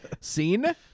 Scene